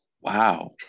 Wow